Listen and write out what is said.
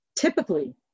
typically